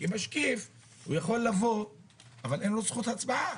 כי משקיף יכול לבוא אבל אין לו זכות הצבעה.